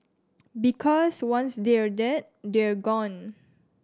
because once they're dead they're gone